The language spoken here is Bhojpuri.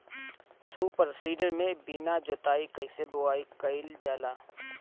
सूपर सीडर से बीना जोतले कईसे बुआई कयिल जाला?